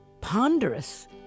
ponderous